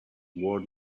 word